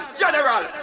general